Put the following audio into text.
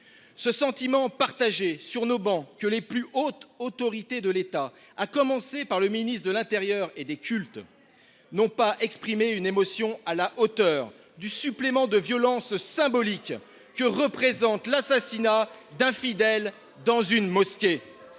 Ce sentiment partagé sur nos bancs que les plus hautes autorités de l'État, à commencer par le ministre de l'Intérieur et des cultes, n'ont pas exprimé une émotion à la hauteur du supplément de violence symbolique que représente l'assassinat d'un fidèle dans une mosquée.